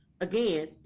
again